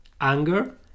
anger